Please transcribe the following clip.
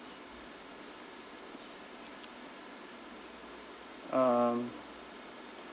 um